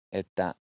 että